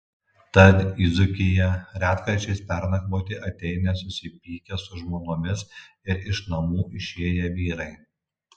tad į dzūkiją retkarčiais pernakvoti ateina susipykę su žmonomis ir iš namų išėję vyrai